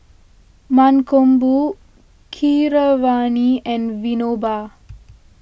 Mankombu Keeravani and Vinoba